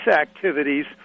activities